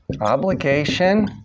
Obligation